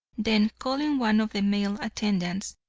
then calling one of the male attendants,